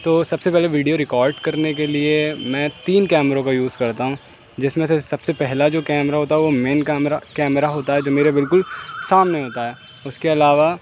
تو سب سے پہلے ویڈیو ریکارڈ کرنے کے لیے میں تین کیمروں کا یوز کرتا ہوں جس میں سے سب سے پہلا جو کیمرہ ہوتا ہے وہ مین کیمرہ کیمرہ ہوتا ہے جو میرے بالکل سامنے ہوتا ہے اس کے علاوہ